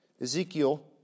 Ezekiel